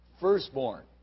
firstborn